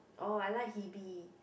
oh I like Hebe